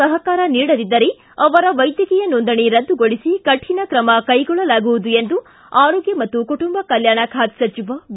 ಸಹಕಾರ ನೀಡದಿದ್ದರೆ ಅವರ ವೈದ್ಯಕೀಯ ನೋಂದಣಿ ರದ್ದುಗೊಳಿಸಿ ಕಠಿಣ ಕ್ರಮ ಕೈಗೊಳ್ಳಲಾಗುವುದು ಎಂದು ಆರೋಗ್ಡ ಮತ್ತು ಕುಟುಂಬ ಕಲ್ವಾಣ ಖಾತೆ ಸಚಿವ ಬಿ